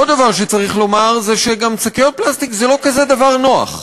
עוד דבר שצריך לומר זה ששקיות פלסטיק זה גם לא כזה דבר נוח.